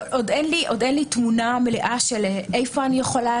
עוד אין לי תמונה מלאה איפה אני יכולה